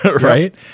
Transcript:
Right